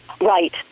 Right